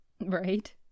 Right